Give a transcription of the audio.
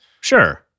Sure